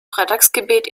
freitagsgebet